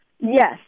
Yes